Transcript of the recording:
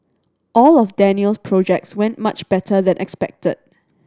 all of Daniel's projects went much better than expected